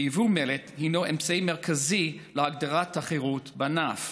וייבוא מלט הוא אמצעי מרכזי להגדלת התחרות בענף.